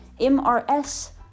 M-R-S